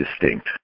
distinct